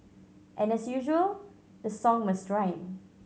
and as usual the song must rhyme